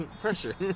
pressure